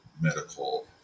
medical